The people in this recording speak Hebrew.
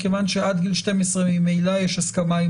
מכיוון שעד גיל 12 ממילא יש הסכמה עם